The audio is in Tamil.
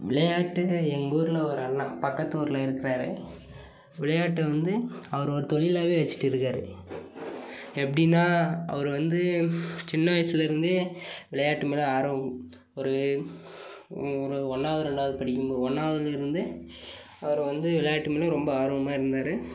விளையாட்டு எங்கூரில் ஒரு அண்ணன் பக்கத்து ஊரில் இருக்குறார் விளையாட்டு வந்து அவர் ஒரு தொழிலாகவே வச்சிகிட்டு இருக்கார் எப்படினா அவர் வந்து சின்ன வயசுலருந்தே விளையாட்டு மேலே ஆர்வம் ஒரு ஒரு ஒன்றாவது ரெண்டாவது படிக்கம் ஒன்றாவதுலிருந்தே அவர் வந்து விளையாட்டு மேலே ரொம்ப ஆர்வமாக இருந்தார்